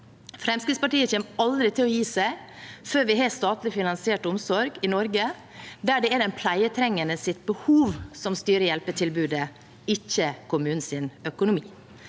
Fremskrittspartiet kommer aldri til å gi seg før vi har statlig finansiert omsorg i Norge, der det er den pleietrengendes behov som styrer hjelpetilbudet, ikke kommunens økonomi.